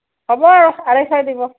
হ'ব আঢ়ৈশই দিব